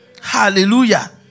Hallelujah